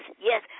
yes